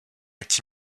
est